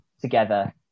together